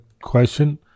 question